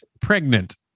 pregnant